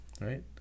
right